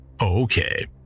Okay